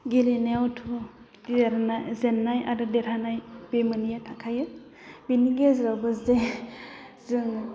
गेलेनायावथ' जेननाय आरो देरहानाय बे मोननैआ थाखायो बिनि गेजेरावबो जे जों